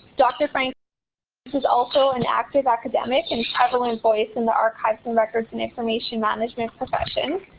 dr. franks is also an active academic and prevalent voice in the archives and records and information management profession.